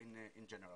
אנחנו מתפללים לכך.